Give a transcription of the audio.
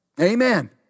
Amen